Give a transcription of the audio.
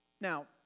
Now